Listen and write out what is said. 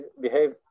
behave